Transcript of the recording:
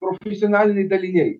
profesionaliniai daliniai